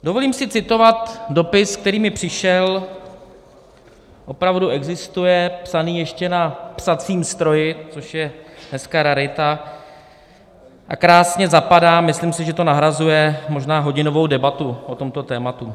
Dovolím si citovat dopis, který mi přišel, opravdu existuje, psaný ještě na psacím stroji, což je dneska rarita, a krásně zapadá myslím si, že to nahrazuje možná hodinovou debatu o tomto tématu.